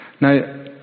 Now